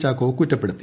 ചാക്കോ കുറ്റപ്പെടുത്തി